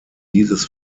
dieses